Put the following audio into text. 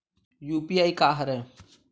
UPI का हरय?